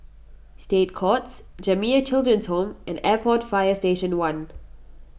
State Courts Jamiyah Children's Home and Airport Fire Station one